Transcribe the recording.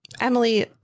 Emily